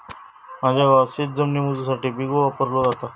माझ्या गावात शेतजमीन मोजुसाठी बिघो वापरलो जाता